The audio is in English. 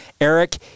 Eric